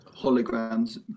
holograms